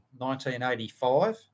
1985